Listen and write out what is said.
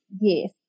yes